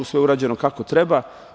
Sve je urađeno kako treba.